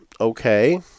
okay